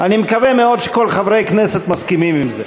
אני מקווה מאוד שכל חברי הכנסת מסכימים לזה.